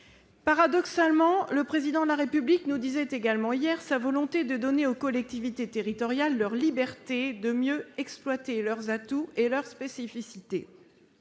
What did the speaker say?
Paradoxalement, le Président de la République nous faisait part hier de sa volonté de donner aux collectivités territoriales la liberté de mieux exploiter leurs atouts et leurs spécificités.